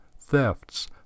thefts